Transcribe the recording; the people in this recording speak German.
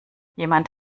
jemand